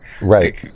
Right